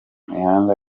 imihanda